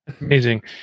Amazing